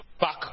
back